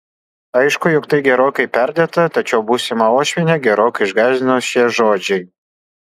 aišku jog tai gerokai perdėta tačiau būsimą uošvienę gerokai išgąsdino šie žodžiai